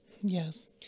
Yes